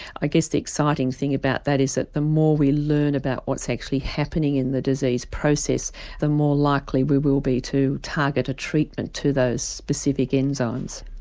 i guess the exciting thing about that is that the more we learn about what's actually happening in the disease process the more likely we we will be to target a treatment to those specific enzymes.